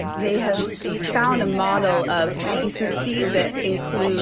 they have found a model of decency that includes